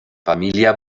familia